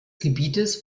gebietes